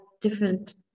different